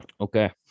Okay